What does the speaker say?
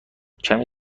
کمی